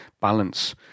balance